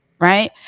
right